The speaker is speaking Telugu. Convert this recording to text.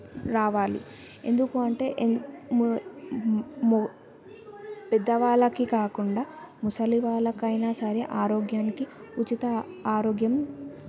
రావాలి ఎందుకు అంటే పెద్దవాళ్ళకి కాకుండా ముసలి వాళ్ళకైనా సరే ఆరోగ్యానికి ఉచిత ఆరోగ్యం